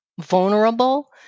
vulnerable